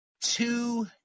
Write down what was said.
two